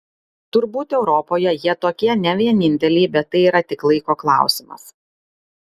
turbūt europoje jie tokie ne vieninteliai bet tai yra tik laiko klausimas